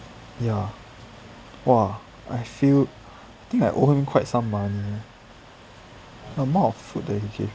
ya !wah! I feel like I owe him quite some money the amount of food that he gave me